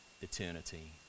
eternity